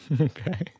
Okay